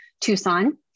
Tucson